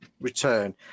return